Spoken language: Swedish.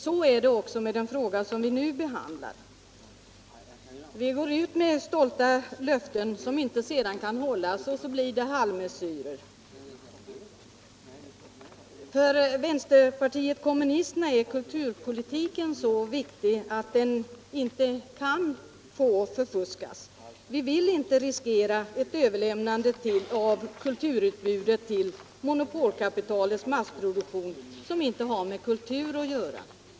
Så är det också med den fråga vi nu behandlar. Vi går ut med stolta löften som sedan inte kan hållas, och det blir halvmesyrer. För vänsterpartiet kommunisterna är kulturpolitiken så viktig att den inte får förfuskas. Vi vill inte riskera ett överlämnande av kulturutbudet till monopolkapitalets massproduktion, som inte har med kultur att göra.